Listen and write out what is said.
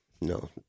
No